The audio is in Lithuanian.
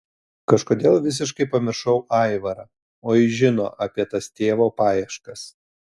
kažkodėl visiškai pamiršau aivarą o jis žino apie tas tėvo paieškas